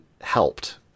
helped